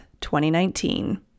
2019